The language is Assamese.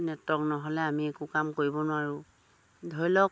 নেটৱৰ্ক নহ'লে আমি একো কাম কৰিব নোৱাৰোঁ ধৰি লওক